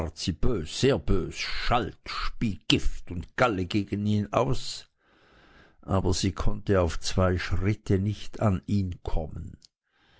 bös sehr bös schalt spie gift und galle gegen ihn aus aber sie konnte auf zwei schritte nicht an ihn kommen